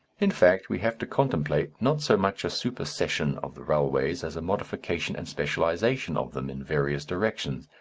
in fact, we have to contemplate, not so much a supersession of the railways as a modification and specialization of them in various directions,